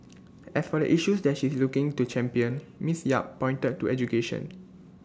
as for issues that she is looking to champion miss yap pointed to education